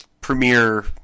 premiere